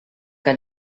que